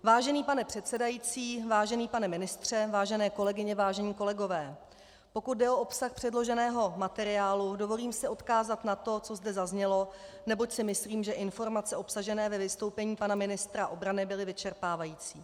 Vážený pane předsedající, vážený pane ministře, vážené kolegyně, vážení kolegové, pokud jde o obsah předloženého materiálu, dovolím si odkázat na to, co zde zaznělo, neboť si myslím, že informace obsažené ve vystoupení pana ministra obrany byly vyčerpávající.